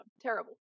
Terrible